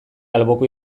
alboko